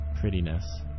prettiness